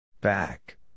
Back